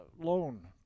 loan